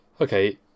Okay